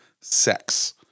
sex